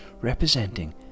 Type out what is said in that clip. representing